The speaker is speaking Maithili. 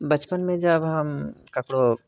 बचपनमे जब हम ककरो